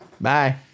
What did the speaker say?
Bye